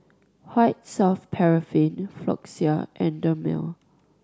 White Soft Paraffin Floxia and Dermale